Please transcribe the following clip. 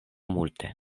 multe